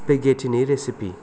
स्पागेटिनि recipe